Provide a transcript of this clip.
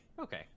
okay